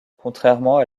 contrairement